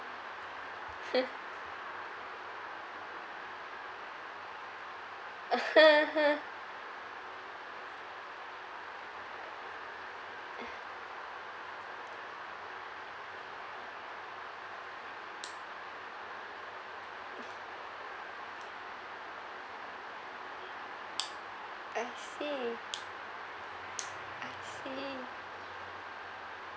I see I see